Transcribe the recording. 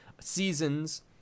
seasons